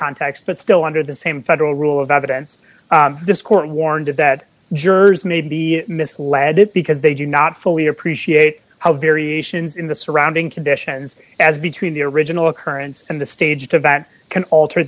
context but still under the same federal rule of evidence this court warned that jurors made the misled it because they do not fully appreciate how variations in the surrounding conditions as between the original occurrence and the stage of that can alter